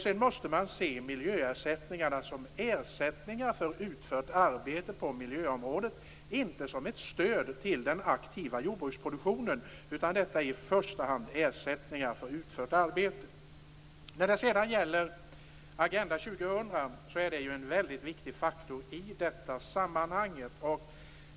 Sedan måste man se miljöersättningarna som ersättningar för utfört arbete på miljöområdet, inte som ett stöd till den aktiva jordbruksproduktionen. Miljöersättningarna är i första hand ersättningar för utfört arbete. Agenda 2000 är en väldigt viktig faktor i detta sammanhang.